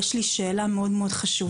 יש לי שאלה מאוד חשובה,